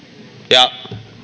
ja